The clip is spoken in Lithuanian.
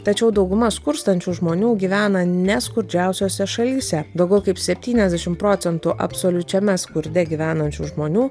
tačiau dauguma skurstančių žmonių gyvena ne skurdžiausiose šalyse daugiau kaip septyniasdešim procentų absoliučiame skurde gyvenančių žmonių